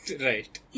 Right